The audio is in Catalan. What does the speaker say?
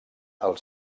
els